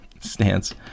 stance